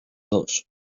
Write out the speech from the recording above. dos